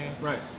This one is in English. Right